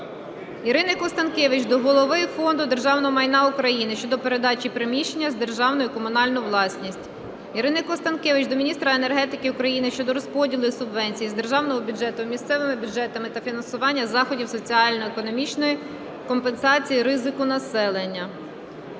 Ірини Констанкевич до голови Фонду державного майна України щодо передачі приміщення з державної у комунальну власність. Ірини Констанкевич до міністра енергетики України щодо розподілу субвенції із державного бюджету місцевим бюджетам на фінансування заходів соціально-економічної компенсації ризику населення.